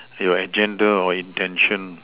your agenda or intention